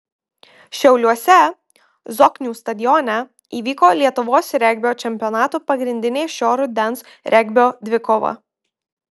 šiauliuose zoknių stadione įvyko lietuvos regbio čempionato pagrindinė šio rudens regbio dvikova